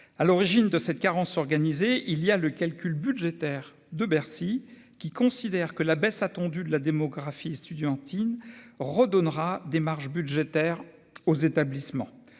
À l'origine de cette carence organisée, il y a le calcul budgétaire de Bercy, qui considère que la baisse attendue de la démographie estudiantine redonnera des marges budgétaires aux établissements.